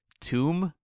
tomb